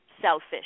selfish